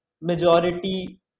majority